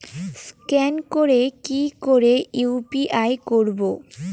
Scan করে কি করে ইউ.পি.আই করবো?